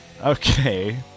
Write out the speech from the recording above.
Okay